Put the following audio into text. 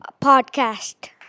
podcast